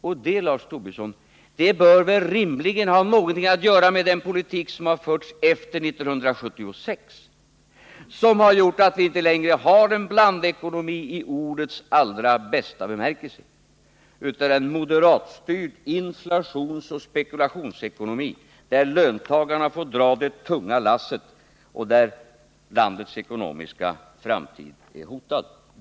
Och det, Lars Tobisson, bör väl rimligen ha någonting att göra med den politik som har förts efter 1976 och som har gjort att vi inte längre har ”en blandekonomi i ordets allra bästa bemärkelse”, utan en moderatstyrd inflationsoch spekulationsekonomi, där löntagarna får dra det tunga lasset och där landets ekonomiska framtid är hotad.